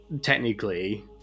technically